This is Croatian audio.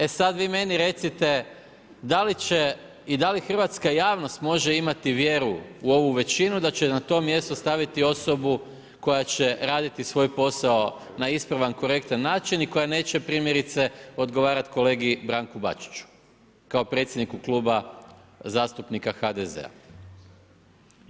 E sada vi meni recite, da li će i da li hrvatska javnost može imati vjeru u ovu većinu, da će na to mjesto staviti osobu, koja će raditi svoj posao na ispravan, korektan način i koja neće primjerice odgovarati kolegi Branku Bačiću, kao predsjedniku Kluba zastupnika HDZ-a.